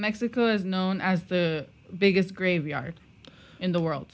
mexico was known as the biggest graveyard in the world